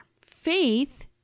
Faith